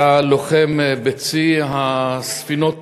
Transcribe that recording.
היה לוחם בצי ספינות הטילים,